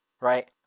right